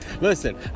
listen